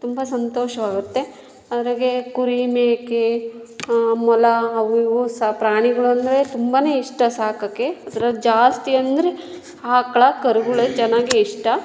ತುಂಬ ಸಂತೋಷವಾಗತ್ತೆ ಅದ್ರಾಗೆ ಕುರಿ ಮೇಕೆ ಮೊಲ ಅವು ಇವು ಸ ಪ್ರಾಣಿಗಳೆಂದ್ರೆ ತುಂಬನೇ ಇಷ್ಟ ಸಾಕೋಕ್ಕೆ ಅದ್ರಲ್ಲಿ ಜಾಸ್ತಿ ಅಂದ್ರೆ ಆಕಳ ಕರುಗಳೇ ಚೆನ್ನಾಗೆ ಇಷ್ಟ